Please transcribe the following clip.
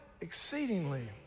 Exceedingly